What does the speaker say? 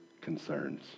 concerns